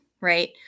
Right